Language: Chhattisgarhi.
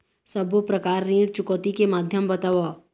सब्बो प्रकार ऋण चुकौती के माध्यम बताव?